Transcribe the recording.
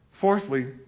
Fourthly